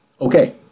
okay